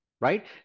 right